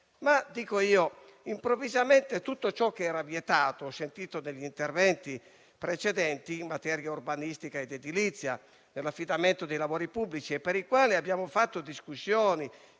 nel decreto. Improvvisamente, tutto ciò che era vietato - ho sentito interventi precedenti in materia urbanistica ed edilizia, sull'affidamento dei lavori pubblici, per i quali abbiamo fatto discussioni